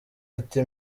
ati